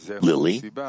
Lily